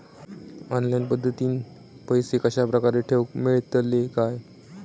Online पद्धतीन पैसे कश्या प्रकारे ठेऊक मेळतले काय?